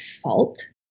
fault